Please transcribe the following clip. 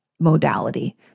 modality